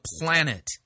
planet